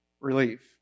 Relief